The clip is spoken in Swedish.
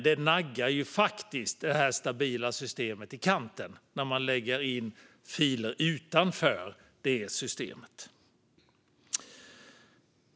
Det naggar systemet i kanten när man lägger in filer utanför systemet.